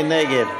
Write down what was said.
מי נגד?